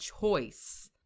choice